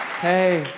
Hey